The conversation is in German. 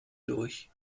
durch